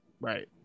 Right